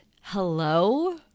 Hello